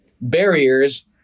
barriers